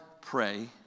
pray